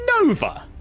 Nova